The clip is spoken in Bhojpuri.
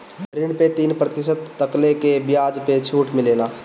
ऋण पे तीन प्रतिशत तकले के बियाज पे छुट मिलेला